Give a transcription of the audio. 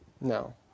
No